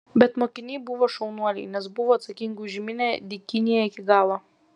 bet mokiniai buvo šaunuoliai nes buvo atsakingi už minią dykynėje iki galo